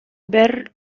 ver